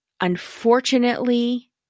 Unfortunately